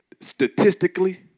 statistically